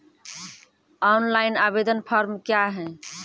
Online आवेदन form क्या हैं?